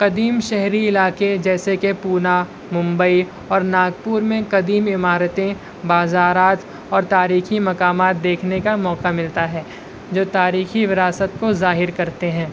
قدیم شہری علاقے جیسے کہ پونہ ممبئی اور ناگپور میں قدیم عمارتیں بازارات اور تاریخی مقامات دیکھنے کا موقعہ ملتا ہے جو تاریخی وراثت کو ظاہر کرتے ہیں